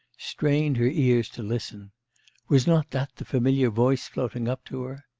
strained her ears to listen was not that the familiar voice floating up to her?